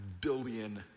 billion